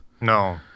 no